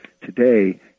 today